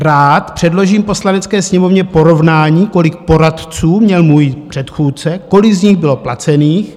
Rád předložím Poslanecké sněmovně porovnání, kolik poradců měl můj předchůdce a kolik z nich bylo placených.